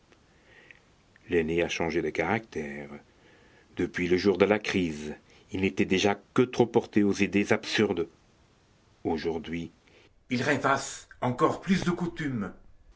l'aîné a changé de caractère depuis le jour de la crise il n'était déjà que trop porté aux idées absurdes aujourd'hui il rêvasse encore plus de coutume